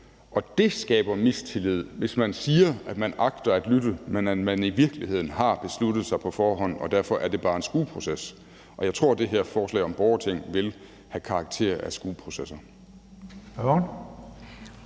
og det skaber mistillid, hvis man siger, at man agter at lytte, men man i virkeligheden har besluttet sig på forhånd, og at det derfor bare er en skueproces. Og jeg tror, at de med det her forslag om borgerting vil have karakter af skueprocesser.